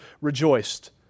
rejoiced